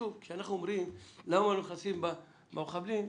כשאנחנו אומרים למה לא נכנסים במחבלים,